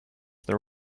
there